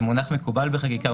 זה מונח מקובל בחקיקה,